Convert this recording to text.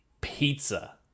Pizza